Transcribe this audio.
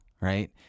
Right